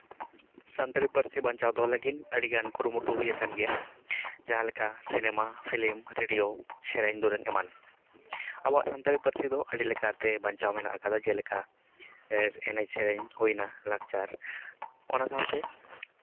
ᱥᱟᱱᱛᱟᱲᱤ ᱯᱟᱹᱨᱥᱤ ᱵᱟᱧᱪᱟᱣ ᱞᱟᱹᱜᱤᱫ ᱟᱹᱰᱤᱜᱟᱱ ᱠᱩᱨᱩᱢᱩᱴᱩ ᱦᱩᱭ ᱟᱠᱟᱱ ᱜᱮᱭᱟ ᱡᱟᱦᱟᱸ ᱞᱮᱠᱟ ᱥᱤᱱᱮᱢᱟ ᱯᱷᱤᱞᱤᱢ ᱨᱮᱰᱤᱭᱳ ᱥᱮᱨᱮᱧ ᱫᱩᱨᱟᱹᱝ ᱮᱢᱟᱱ ᱟᱵᱚᱣᱟᱜ ᱥᱟᱱᱛᱟᱲᱤ ᱯᱟᱹᱨᱥᱤ ᱫᱚ ᱟᱹᱰᱤ ᱞᱮᱠᱟᱛᱮ ᱵᱟᱧᱪᱟᱣ ᱢᱮᱱᱟᱜ ᱠᱟᱫᱟ ᱡᱮᱞᱮᱠᱟ ᱵᱮᱥ ᱮᱱᱮᱡ ᱥᱮᱨᱮᱧ ᱦᱩᱭᱱᱟ ᱞᱟᱠᱪᱟᱨ ᱚᱱᱟ ᱥᱟᱶᱛᱮ